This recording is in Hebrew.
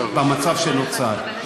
במצב שנוצר.